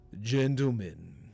Gentlemen